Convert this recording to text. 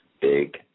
Big